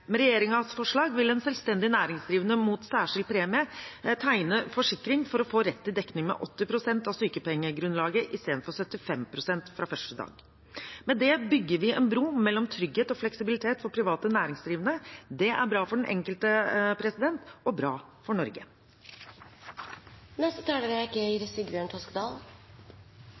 Med regjeringens forslag vil en selvstendig næringsdrivende mot særskilt premie tegne forsikring for å få rett til dekning med 80 pst. av sykepengegrunnlaget i stedet for 75 pst. fra første dag. Med det bygger vi en bro mellom trygghet og fleksibilitet for private næringsdrivende. Det er bra for den enkelte og bra for Norge. Dette er